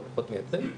זה פחות מייצג.